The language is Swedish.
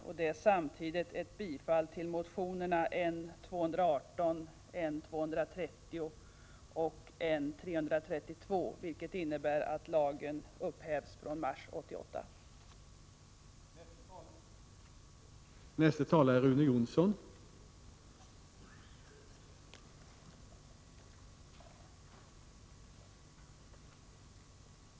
Detta är samtidigt ett yrkande om bifall till motionerna N218 yrkande 1, N230 yrkande 2 och N332, vilket innebär att lagen om träfiberprövning inte skulle gälla från mars 1988.